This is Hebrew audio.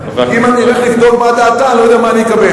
כי אם אני אלך לבדוק מה דעתה אני לא יודע מה אני אקבל.